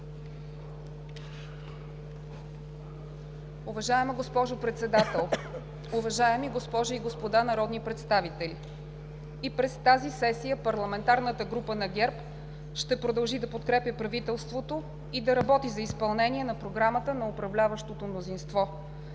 Уважаема госпожо Председател, уважаеми госпожи и господа народни представители! И през тази сесия парламентарната група на ГЕРБ ще продължи да подкрепя правителството и да работи за изпълнение на Програмата на управляващото мнозинство.